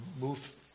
move